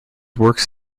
works